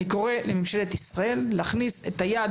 אני קורא לממשלת ישראל להכניס את היד